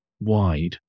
wide